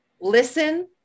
listen